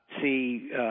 see